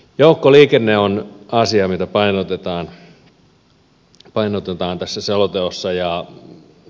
joukkoliikenne on asia mitä painotetaan tässä selonteossa